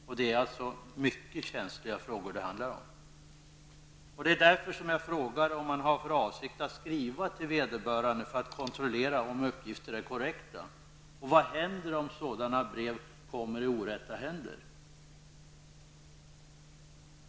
Det handlar alltså om mycket känsliga frågor. Det är därför som jag frågar om man har för avsikt att skriva till vederbörande för att kontrollera om uppgifterna är korrekta. Vad händer om sådana brev kommer i orätta händer?